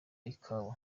ikawa